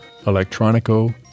Electronico